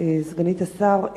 סגנית השר,